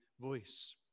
voice